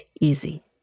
easy